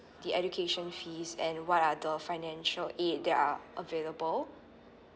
the education fees and what are the financial aid there are available